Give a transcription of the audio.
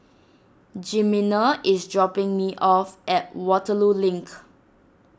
Jimena is dropping me off at Waterloo Link